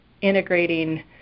integrating